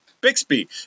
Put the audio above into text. Bixby